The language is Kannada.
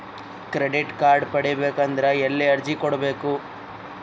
ಕ್ರೆಡಿಟ್ ಕಾರ್ಡ್ ಪಡಿಬೇಕು ಅಂದ್ರ ಎಲ್ಲಿ ಅರ್ಜಿ ಕೊಡಬೇಕು?